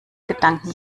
gedanken